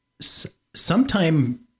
sometime